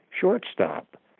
shortstop